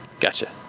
gotcha.